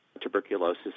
tuberculosis